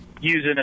using